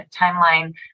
timeline